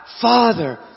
Father